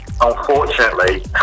Unfortunately